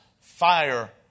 fire